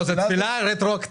לא, זו תפילה רטרואקטיבית.